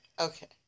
Okay